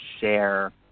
share